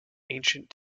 ancient